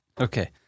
Okay